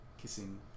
kissing